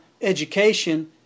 education